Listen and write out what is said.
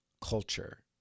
culture